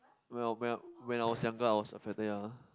when I when I when I was younger I was affected ya